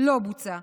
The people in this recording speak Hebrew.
לא בוצע.